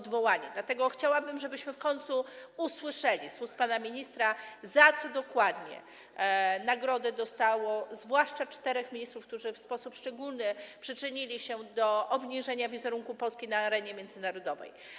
Dlatego chciałabym, żebyśmy w końcu usłyszeli z ust pana ministra, za co dokładnie dostało nagrody zwłaszcza czterech ministrów, którzy w sposób szczególny przyczynili się do obniżenia wizerunku Polski na arenie międzynarodowej.